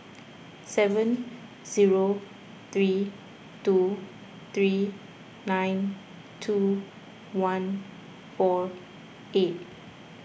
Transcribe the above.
seven zero three two three nine two one four eight